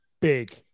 big